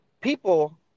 people